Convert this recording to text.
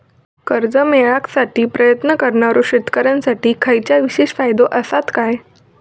कर्जा मेळाकसाठी प्रयत्न करणारो शेतकऱ्यांसाठी खयच्या विशेष फायदो असात काय?